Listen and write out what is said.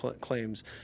claims